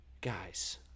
guys